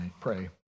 pray